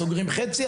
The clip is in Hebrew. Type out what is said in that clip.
הם סוגרים חצי,